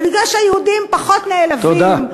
ומכיוון שהיהודים פחות נעלבים,